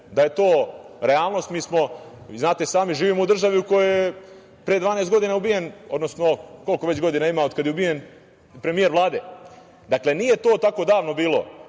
da je to realnost, mi smo, znate i sami, živimo u državi u kojoj je pre 12 godina ubijen, odnosno koliko godina već ima od kada je ubijen premijer Vlade. Dakle, nije to tako davno bilo